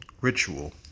Ritual